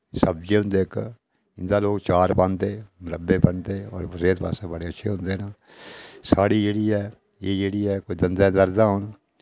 सब्जी होंदे इक इन्दा लोक चा'र पांदे मरब्बे पांदे होर बास्तै बड़े अच्छे होंदे न साड़ी जेह्ड़ी ऐ एह् जेह्ड़ी ऐ कोई दंदै दर्दां होन